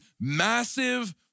massive